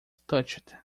touched